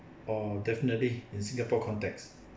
orh definitely in singapore context